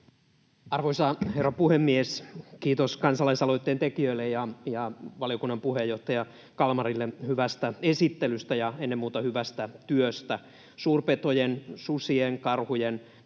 Arvoisa herra puhemies! Kiitos kansalaisaloitteen tekijöille ja valiokunnan puheenjohtaja Kalmarille hyvästä esittelystä ja ennen muuta hyvästä työstä. Suurpetojen — susien, karhujen